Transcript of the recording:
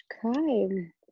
crime